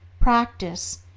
practice,